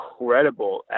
incredible